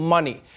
Money